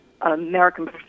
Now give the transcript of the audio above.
American